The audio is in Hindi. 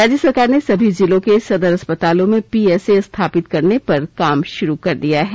राज्य सरकार ने सभी जिलों के सदर अस्पतालों में पीएसए स्थापित करने पर काम शुरू कर दिया है